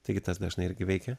taigi tas dažnai irgi veikia